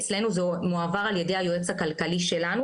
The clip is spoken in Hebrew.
אצלנו זה מועבר על ידי היועץ הכלכלי שלנו,